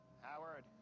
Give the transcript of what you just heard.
Howard